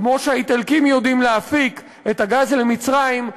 כמו שהאיטלקים יודעים להפיק את הגז למצרים,